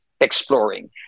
exploring